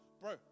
bro